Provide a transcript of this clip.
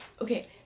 okay